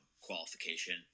qualification